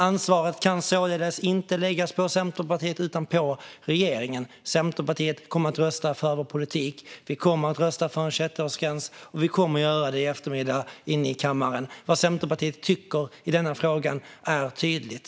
Ansvaret kan således inte läggas på Centerpartiet utan på regeringen. Centerpartiet kommer att rösta för vår politik. Vi kommer att rösta för en 21-årsgräns i eftermiddag i kammaren. Vad Centerpartiet tycker i denna fråga är tydligt.